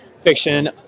fiction